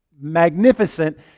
magnificent